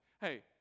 hey